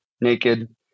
naked